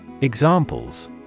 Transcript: Examples